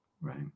right